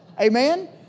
Amen